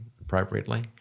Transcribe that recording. appropriately